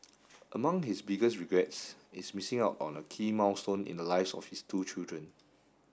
among his biggest regrets is missing out on a key milestone in the lives of his two children